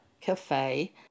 cafe